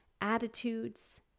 attitudes